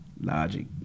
logic